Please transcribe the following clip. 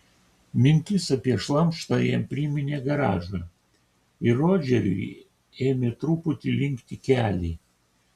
mintis apie šlamštą jam priminė garažą ir rodžeriui ėmė truputį linkti keliai